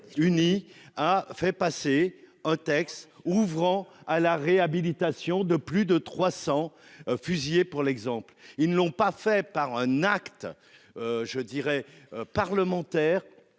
Uni a fait passer un texte ouvrant à la réhabilitation de plus de 300 fusillés pour l'exemple, ils ne l'ont pas fait par un acte. Je dirais parlementaire.